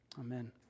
Amen